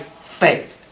faith